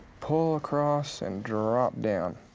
pull across and drop down.